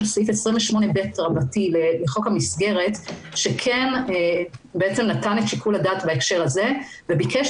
סעיף 28ב לחוק המסגרת שכן נתן את שיקול הדעת בהקשר הזה וביקש